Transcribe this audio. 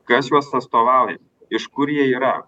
kas juos atstovauja iš kur jie yra